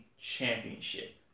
Championship